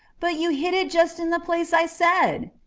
but you hit it just in the place i said.